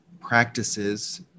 practices